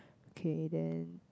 okay then